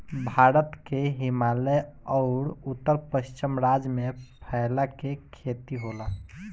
भारत के हिमालय अउर उत्तर पश्चिम राज्य में फैला के खेती होला